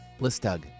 Listug